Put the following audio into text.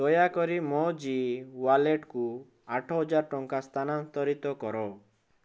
ଦୟାକରି ମୋ ଜୀ ୱାଲେଟ୍କୁ ଆଠହଜାର ଟଙ୍କା ସ୍ଥାନାନ୍ତରିତ କର